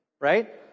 right